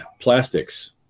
plastics